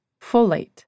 Folate